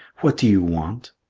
what do you want?